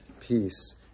Peace